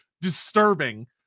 disturbing